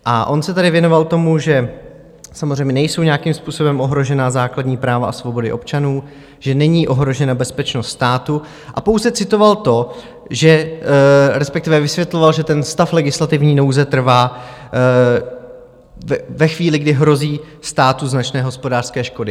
A on se tady věnoval tomu, že samozřejmě nejsou nějakým způsobem ohrožena základní práva a svobody občanů, že není ohrožena bezpečnost státu, a pouze citoval to, respektive vysvětloval, že ten stav legislativní nouze trvá ve chvíli, kdy hrozí státu značné hospodářské škody.